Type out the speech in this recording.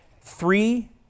three